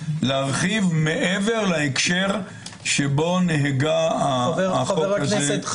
להרחיב מעבר להקשר שבו נהגה החוק הזה בממשלה.